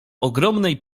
ogromnej